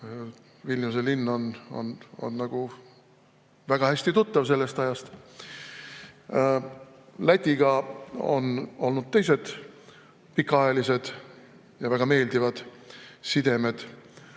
Vilniuse linn on väga hästi tuttav sellest ajast. Lätiga on olnud teised pikaajalised ja väga meeldivad sidemed.